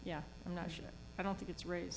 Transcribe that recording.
yeah i'm not sure i don't think it's raised